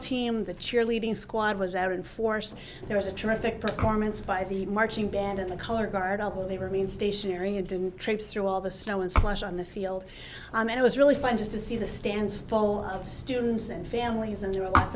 team the cheerleading squad was out in force there was a terrific performance by the marching band of the color guard although they remain stationary and didn't traipse through all the snow and slush on the field and it was really fun just to see the stands full of students and families and there are a lot